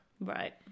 Right